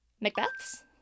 Macbeth's